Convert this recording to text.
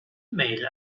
mail